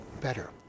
better